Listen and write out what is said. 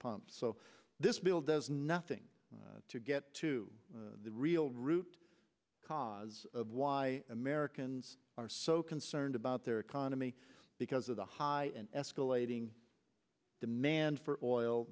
pump so this bill does nothing to get to the real root cause of why americans are so concerned about their economy because of the high and escalating demand for oil